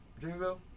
Dreamville